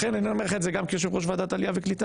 לכן אני אומר לך את זה גם כיושב-ראש ועדת העלייה והקליטה,